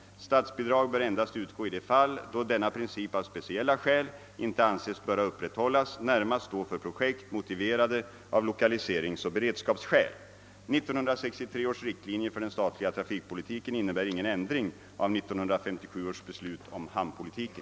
Statsbidrag bör endast utgå i de fall, då denna princip av speciella skäl inte anses böra upprätthållas, närmast då för projekt motiverade av lokaliseringsoch beredskapsskäl. 1963 års riktlinjer för den statliga trafikpolitiken innebär ingen ändring av 1957 års beslut om hamnpolitiken.